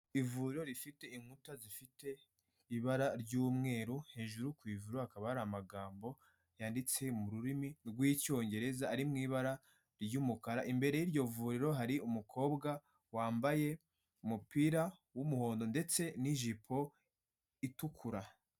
Ivuriro rifite inkuta zifite ibara ry'umweru, hejuru ku ivuriro hakaba hari amagambo yanditse mu rurimi rw'icyongereza ari mu ibara ry'umukara, imbere y'iryo vuriro hari umukobwa wambaye umupira w'umuhondo, ndetse n'ijipo itukura.